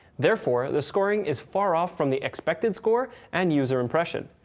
therefore, the scoring is far off from the expected score and user impression.